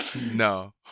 No